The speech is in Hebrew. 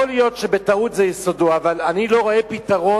יכול להיות שבטעות יסודו, אבל אני לא רואה פתרון,